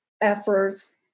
efforts